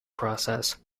process